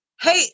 Hey